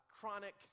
chronic